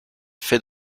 fait